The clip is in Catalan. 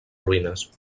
ruïnes